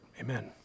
Amen